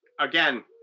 again